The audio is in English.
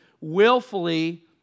willfully